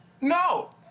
No